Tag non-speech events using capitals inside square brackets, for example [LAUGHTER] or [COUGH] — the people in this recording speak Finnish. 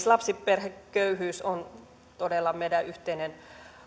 [UNINTELLIGIBLE] lapsiperheköyhyys on todella meidän yhteinen